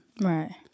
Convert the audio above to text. Right